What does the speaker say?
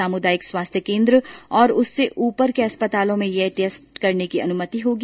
सामुदायिक स्वास्थ्य केन्द्र और उससे ऊपर के अस्पतालों में यह टेस्ट करने की अनुमति होगी